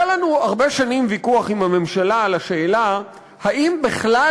היה לנו הרבה שנים ויכוח עם הממשלה על השאלה אם בכלל